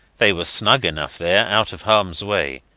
they were snug enough there, out of harms way,